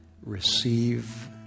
receive